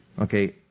Okay